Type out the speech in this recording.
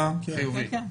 כן.